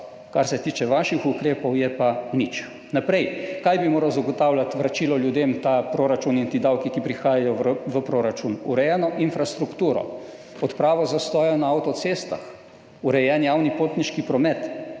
kar se tiče vaših ukrepov, je pa nič. Naprej. Kaj bi moralo zagotavljati vračilo ljudem, ta proračun in ti davki, ki prihajajo v proračun? Urejeno infrastrukturo, odpravo zastojev na avtocestah, urejen javni potniški promet.